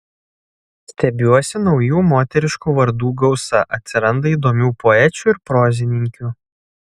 stebiuosi naujų moteriškų vardų gausa atsiranda įdomių poečių ir prozininkių